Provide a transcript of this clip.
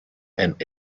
and